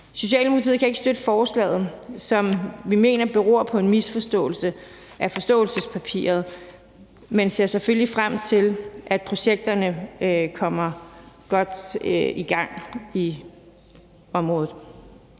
Socialdemokratiet kan ikke støtte forslaget, som vi mener beror på en misforståelse af forståelsespapiret, men ser selvfølgelig frem til, at projekterne kommer godt i gang i området.